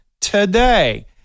today